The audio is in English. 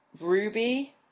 Ruby